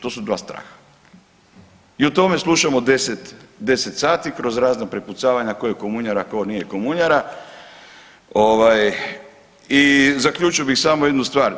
To su dva straha i o tome slušamo 10, 10 sati kroz razna prepucavanja ko je komunjara, ko nije komunjara ovaj i zaključio bi samo jednu stvar.